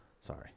Sorry